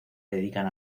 dedican